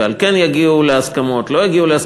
ועל כן יגיעו להסכמות,